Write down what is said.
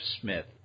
Smith